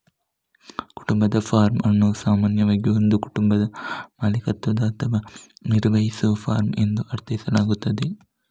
ಕುಟುಂಬದ ಫಾರ್ಮ್ ಅನ್ನು ಸಾಮಾನ್ಯವಾಗಿ ಒಂದು ಕುಟುಂಬದ ಮಾಲೀಕತ್ವದ ಅಥವಾ ನಿರ್ವಹಿಸುವ ಫಾರ್ಮ್ ಎಂದು ಅರ್ಥೈಸಲಾಗುತ್ತದೆ